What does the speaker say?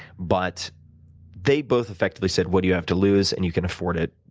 but they both effectively said, what do you have to lose? and you can afford it.